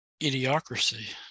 idiocracy